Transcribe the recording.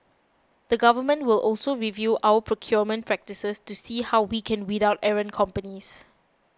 the Government will also review our procurement practices to see how we can weed out errant companies